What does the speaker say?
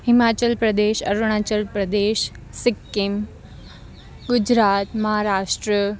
Himachal Pradesh Arunachal Pradesh Sikkim Gujarat Maharashtra